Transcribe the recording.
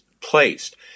placed